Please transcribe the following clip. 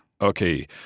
Okay